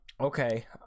Okay